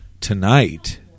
tonight